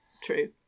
True